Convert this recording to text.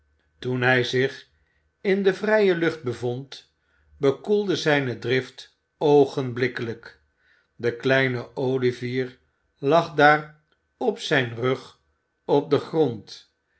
toen hij zich in de vrije lucht bevond bekoelde zijne drift oogenblikkelijk de kleine olivier lag daar op zijn rug op den grond